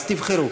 אז תבחרו.